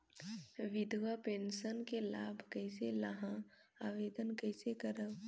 विधवा पेंशन के लाभ कइसे लहां? आवेदन कइसे करव?